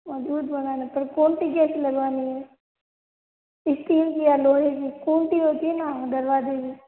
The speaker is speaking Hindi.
मज़बूत बनाना है पर कूठी कैसी लगानी हैं स्टील की या लोहे की कूठी होती है ना दरवाज़े में